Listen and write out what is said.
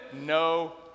no